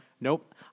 nope